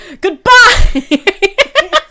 Goodbye